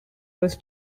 was